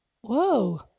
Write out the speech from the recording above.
Whoa